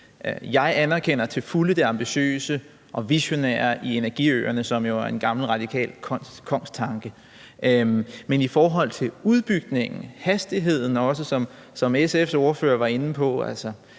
Jeg anerkender til fulde det ambitiøse og visionære i energiøerne, som jo er en gammel radikal kongstanke, men i forhold til udbygningen, hastigheden, som SF's ordfører også var inde på,